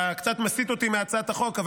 אתה קצת מסיט אותי מהצעת החוק,